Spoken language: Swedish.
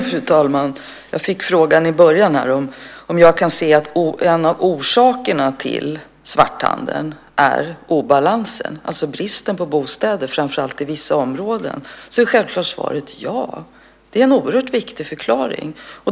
Fru talman! Jag fick frågan i början om jag kan se att en av orsakerna till svarthandeln är obalansen, alltså bristen på bostäder, framför allt i vissa områden. Då är självklart svaret ja. Det är en oerhört viktig förklaring.